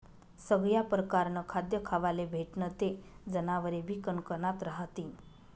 सगया परकारनं खाद्य खावाले भेटनं ते जनावरेबी कनकनात रहातीन